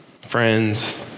friends